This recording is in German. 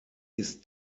ist